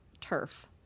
turf